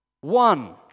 One